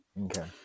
Okay